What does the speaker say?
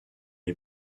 est